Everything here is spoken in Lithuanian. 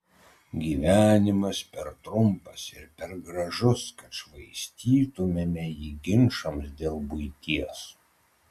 gyvenimas per trumpas ir per gražus kad švaistytumėme jį ginčams dėl buities